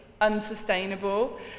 unsustainable